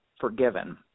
forgiven